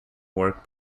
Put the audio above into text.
work